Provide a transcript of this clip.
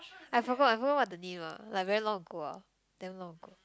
I forgot I forgot what the name ah like very long ago ah damn long ago